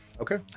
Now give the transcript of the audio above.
Okay